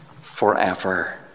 forever